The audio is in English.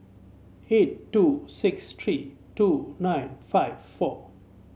eight two six three two nine five four